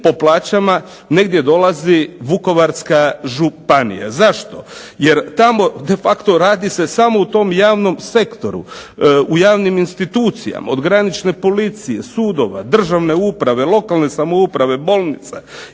po plaćama negdje dolazi Vukovarska županija. Zašto, jer tamo de facto radi se samo u tom javnom sektoru, u javnim institucijama, od granične policije, sudova, državne uprave, lokalne samouprave, bolnica